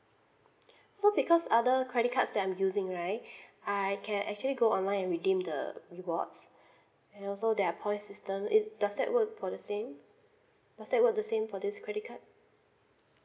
so because other credit cards that I'm using right I can actually go online and redeem the rewards and also their points system is does that work for the same does that work the same for this credit card